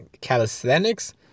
calisthenics